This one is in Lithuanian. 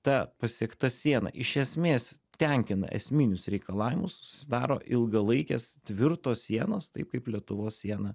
ta pasiekta siena iš esmės tenkina esminius reikalavimus susidaro ilgalaikės tvirtos sienos taip kaip lietuvos siena